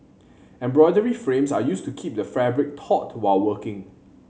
embroidery frames are used to keep the fabric taut while working